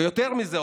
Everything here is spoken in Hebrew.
ויותר מזה,